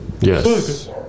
yes